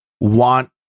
want